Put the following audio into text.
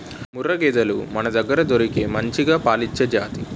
ముర్రా గేదెలు మనదగ్గర దొరికే మంచిగా పాలిచ్చే జాతి